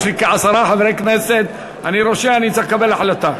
יש לי כעשרה חברי כנסת ואני צריך לקבל החלטה.